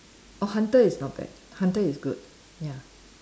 oh hunter is not bad hunter is good ya